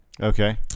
okay